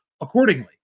accordingly